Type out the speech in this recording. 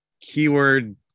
keyword